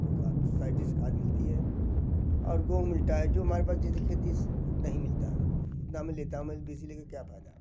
तो खाद सैंतिस खाद मिलती है और वो मिलता है जो हमारे पास जितनी खेती उतना ही मिलता है हम को उतना मैं लेता हूँ मैं बीस ही ले कर क्या फ़ायदा